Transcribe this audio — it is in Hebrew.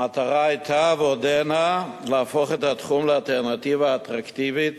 המטרה היתה ועודנה להפוך את התחום לאלטרנטיבה אטרקטיבית